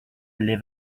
live